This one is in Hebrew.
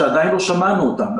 שעדיין לא שמענו אותם.